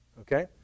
Okay